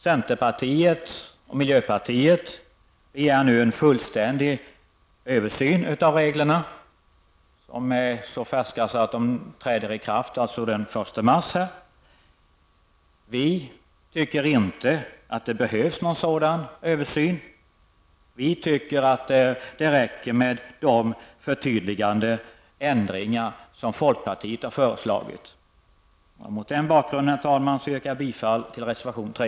Centerpartiet och miljöpartiet begär nu en fullständig översyn av reglerna, som är mycket färska. De trädde i kraft den 1 mars. Vi tycker inte att det behövs någon sådan översyn. Vi tycker i stället att det räcker med de förtydligande ändringar som vi i folkpartiet har föreslagit. Mot den bakgrunden, herr talman, yrkar jag bifall till reservation 3.